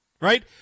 right